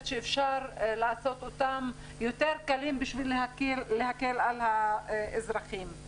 שאפשר לעשות אותן יותר קלות בשביל להקל על האזרחים.